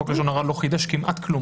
חוק לשון הרע לא חידש כמעט כלום.